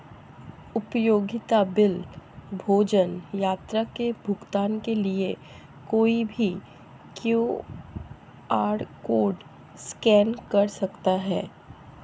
उपयोगिता बिल, भोजन, यात्रा के भुगतान के लिए कोई भी क्यू.आर कोड स्कैन कर सकता है